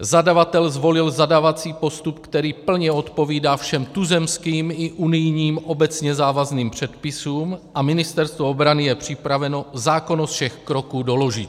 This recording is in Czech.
Zadavatel zvolil zadávací postup, který plně odpovídá všem tuzemským i unijním obecně závazným předpisům, a Ministerstvo obrany je připraveno zákonnost všech kroků doložit.